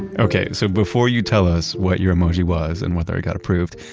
and okay, so before you tell us what your emoji was and whether it got approved,